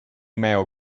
male